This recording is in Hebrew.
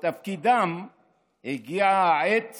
הגיעה העת